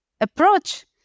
approach